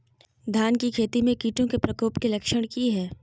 धान की खेती में कीटों के प्रकोप के लक्षण कि हैय?